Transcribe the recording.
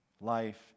life